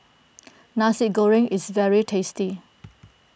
Nasi Goreng is very tasty